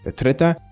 ah treta,